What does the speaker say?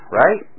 right